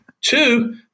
Two